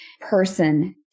person